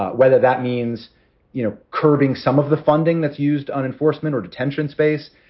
whether that means you know curbing some of the funding that's used on enforcement or detention space,